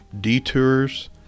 detours